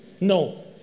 No